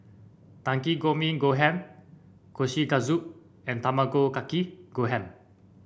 Takikomi Gohan Kushikatsu and Tamago Kake Gohan